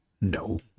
No